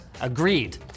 agreed